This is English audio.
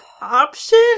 option